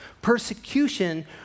Persecution